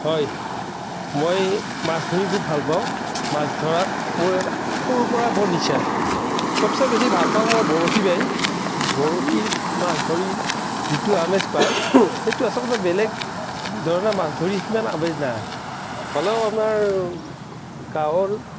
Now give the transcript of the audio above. হয় মই মাছ ধৰি খুব ভাল পাওঁ মাছ ধৰাত মোৰ সৰুৰ পৰাই বৰ নিচা সবচে বেছি ভাল পাওঁ মই বৰশী বাই বৰশীত মাছ ধৰি যিটো আমেজ পায় সেইটো আচলতে বেলেগ ধৰণে মাছ ধৰি সিমান আমেজ নাই হ'লেও আমাৰ গাঁৱৰ